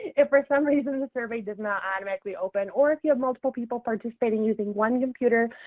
if for some reason the survey does not automatically open, or if you have multiple people participating using one computer,